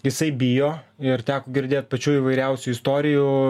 jisai bijo ir teko girdėt pačių įvairiausių istorijų